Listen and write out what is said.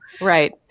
Right